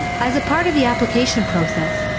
as a part of the application process,